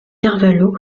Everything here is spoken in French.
carvalho